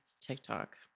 TikTok